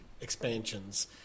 expansions